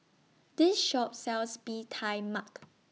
This Shop sells Bee Tai Mak